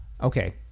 okay